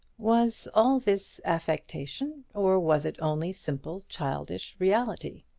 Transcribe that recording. was all this affectation, or was it only simple childish reality?